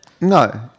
No